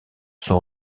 sont